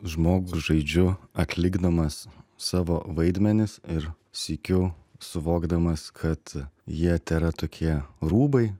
žmogų žaidžiu atlikdamas savo vaidmenis ir sykiu suvokdamas kad jie tėra tokie rūbai